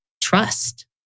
trust